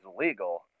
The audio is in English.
illegal